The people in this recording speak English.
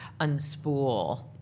unspool